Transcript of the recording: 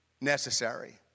necessary